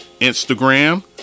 Instagram